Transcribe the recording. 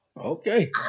Okay